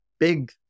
big